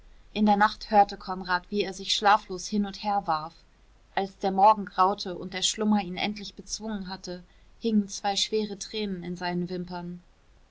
in der nacht hörte konrad wie er sich schlaflos hin und her warf als der morgen graute und der schlummer ihn endlich bezwungen hatte hingen zwei schwere tränen an seinen wimpern